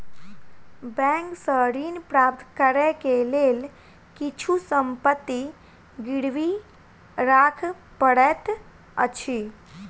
bank सॅ ऋण प्राप्त करै के लेल किछु संपत्ति गिरवी राख पड़ैत अछि